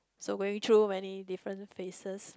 so very true many different faces